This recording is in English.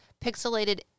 pixelated